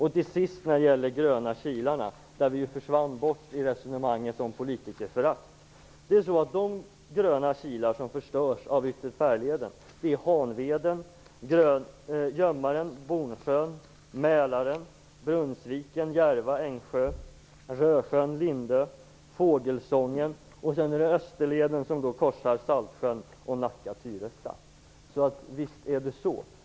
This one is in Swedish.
Mina frågor om de gröna kilarna försvann bort i Ingemar Josefssons resonemang om politikerförakt. Hanveden, Gömmaren, Bornsjön, Mälaren, Brunnsviken, Järva, Ängsjö, Rösjön, Lindö och Fågelsången, och dessutom korsar Österleden Saltsjön och Nacka Tyresta. Visst är det så.